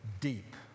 deep